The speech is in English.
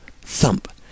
thump